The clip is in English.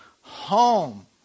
home